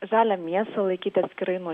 žalią mėsą laikyti atskirai nuo